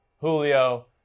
Julio